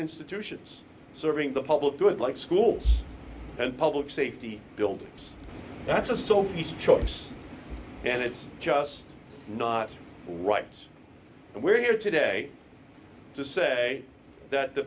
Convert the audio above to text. institutions serving the public good like schools and public safety buildings that's a sophie's choice and it's just not right and we're here today to say that the